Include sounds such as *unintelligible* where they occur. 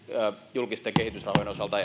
julkisten kehitysrahojen osalta *unintelligible*